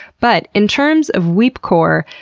but in terms of weepcore,